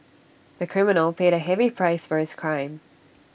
the criminal paid A heavy price for his crime